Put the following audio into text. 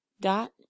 dot